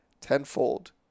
tenfold